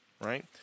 Right